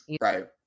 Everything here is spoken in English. right